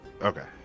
okay